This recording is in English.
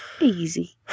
Easy